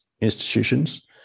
institutions